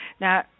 now